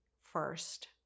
first